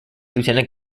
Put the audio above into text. lieutenant